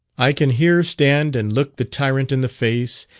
i can here stand and look the tyrant in the face,